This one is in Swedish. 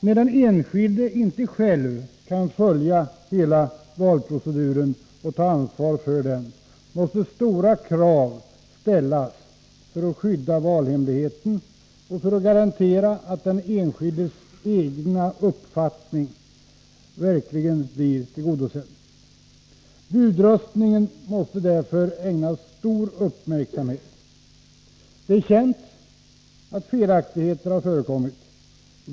När den enskilde inte själv kan följa hela valproceduren och ta ansvar för den, måste stora krav ställas för att skydda valhemligheten och för att garantera att den enskildes egen uppfattning verkligen blir tillgodosedd. Budröstningen måste därför ägnas stor uppmärksamhet. Det är känt att felaktigheter förekommit.